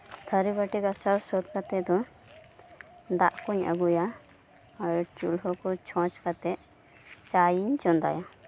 ᱛᱷᱟᱹᱨᱤ ᱵᱟᱹᱴᱤ ᱜᱟᱥᱟᱣ ᱥᱟᱹᱛ ᱠᱟᱛᱮ ᱫᱚ ᱫᱟᱜ ᱠᱩᱧ ᱟᱹᱜᱩᱭᱟ ᱟᱨ ᱪᱩᱞᱦᱟᱹᱠᱚ ᱪᱷᱚᱸᱪ ᱠᱟᱛᱮᱫ ᱪᱟᱭᱤᱧ ᱪᱚᱸᱫᱟᱭᱟ